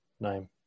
name